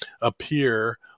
appear